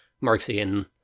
marxian